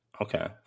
Okay